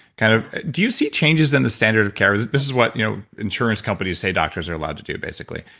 kind of do you see changes in the standard of care? this is what you know insurance companies say doctors are allowed to do, basically.